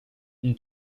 une